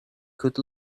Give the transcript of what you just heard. could